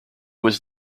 was